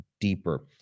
deeper